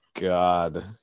God